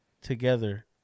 together